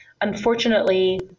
unfortunately